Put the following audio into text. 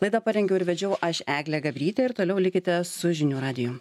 laidą parengiau ir vedžiau aš eglė gabrytė ir toliau likite su žinių radiju